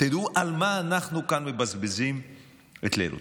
תדעו על מה אנחנו כאן מבזבזים את לילותינו.